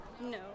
no